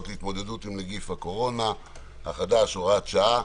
להתמודדות עם נגיף הקורונה החדש (הוראת שעה)